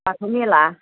बाथौ मेला